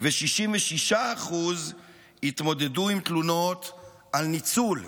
ו-66% התמודדו עם תלונות על ניצול.